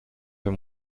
fais